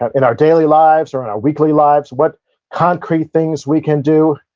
ah in our daily lives or in our weekly lives, what concrete things we can do.